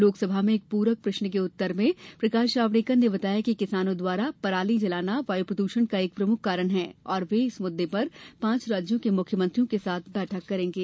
लोकसभा में एक प्रश्न के उत्तगर में प्रकाश जावड़ेकर ने बताया कि किसानों द्वारा पराली जलाना वायू प्रद्षण का एक प्रमुख कारण है और वे इस मुद्दे पर पांच राज्यों के मुख्यमंत्रियों के साथ बैठक करेंगे